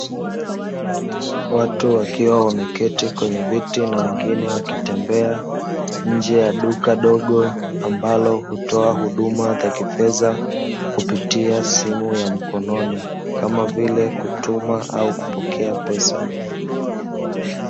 Watu wakiwa wameketi kwenye viti na wengine wakitembea nje ya duka dogo ambalo hutoa huduma za kifedha kupitiaa simu ya mkononi kama vile kutuma au kupokea pesa.